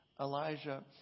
Elijah